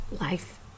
life